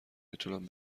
میتونم